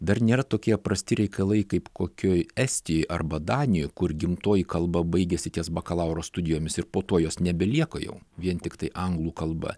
dar nėra tokie prasti reikalai kaip kokioj estijoj arba danijoj kur gimtoji kalba baigiasi ties bakalauro studijomis ir po to jos nebelieka jau vien tiktai anglų kalba